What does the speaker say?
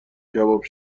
کباب